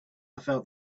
felt